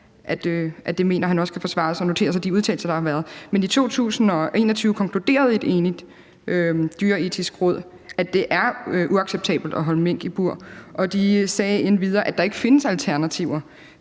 at det mener han også kan forsvares og noteres af de udtalelser, der har været. Men i 2021 konkluderede et enigt Dyreetisk Råd, at det er uacceptabelt at holde mink i bur, og de sagde endvidere, at der ikke findes alternativer